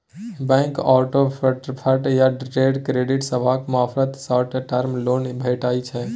bank overdraft या trade credit सभक मार्फत शॉर्ट टर्म लोन भेटइ छै